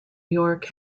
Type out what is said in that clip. york